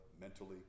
mentally